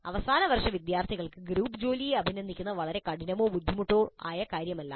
അവസാന വർഷ വിദ്യാർത്ഥികൾക്ക് ഗ്രൂപ്പ് ജോലിയെ അഭിനന്ദിക്കുന്നത് വളരെ കഠിനമോ ബുദ്ധിമുട്ടുള്ളതോ ആയിരിക്കില്ല